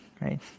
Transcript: right